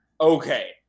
Okay